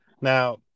Now